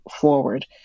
forward